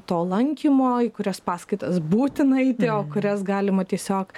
to lankymo į kurias paskaitas būtina eiti o kurias galima tiesiog